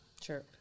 Sure